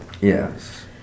Yes